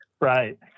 Right